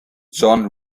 john